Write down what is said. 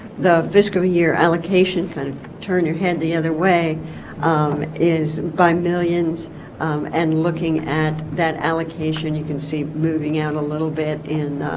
the fiscal year allocation kind of turned your head the other way um is by millions and looking at that allocation you can see moving out a little bit in